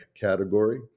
category